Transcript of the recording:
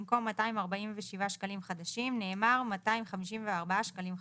במקום "247 שקלים חדשים" נאמר "254 שקלים חדשים".